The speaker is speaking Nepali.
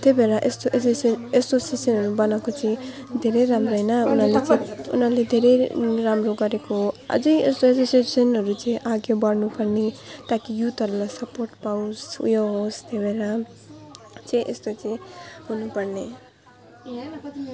त्यही भएर यस्तो एसोसिय यस्तो एसोसिएसनहरू बनाएको चाहिँ धेरै राम्रो होइन उनीहरूले चाहिँ उनाहरूले धेरै राम्रो गरेको हो अझै यस्तो एसोसिएसनहरू चाहिँ अघि बढ्नु पर्ने ताकि युथहरूले सपोर्ट पाओस् ऊ यो होस् त्यही भएर चाहिँ यस्तो चाहिँ हुनु पर्ने